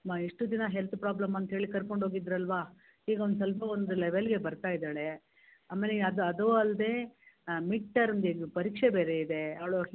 ಅಮ್ಮ ಇಷ್ಟು ದಿನ ಹೆಲ್ತ್ ಪ್ರಾಬ್ಲಮ್ ಅಂತ ಹೇಳಿ ಕರ್ಕೊಂಡು ಹೋಗಿದ್ರಲ್ವ ಈಗ ಒಂದು ಸ್ವಲ್ಪ ಒಂದು ಲೆವೆಲ್ಲಿಗೆ ಬರುತ್ತಾಯಿದ್ದಾಳೆ ಆಮೇಲೆ ಈಗ ಅದು ಅದು ಅಲ್ಲದೇ ಮಿಟ್ಟರ್ಮ್ ಏನು ಪರೀಕ್ಷೆ ಬೇರೆ ಇದೆ ಅವಳು